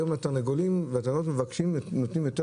היום לתרנגולים ולתרנגולות נותנים יותר